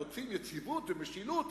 רוצים יציבות ומשילות,